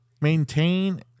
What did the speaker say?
maintain